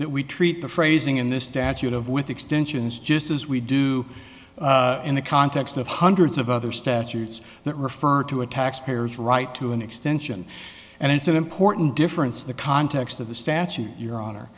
that we treat the phrasing in this statute of with extensions just as we do in the context of hundreds of other statutes that refer to a taxpayer's right to an extension and it's an important difference the context of the statute your hon